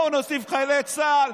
בואו נוסיף לחיילי צה"ל,